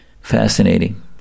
Fascinating